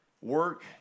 work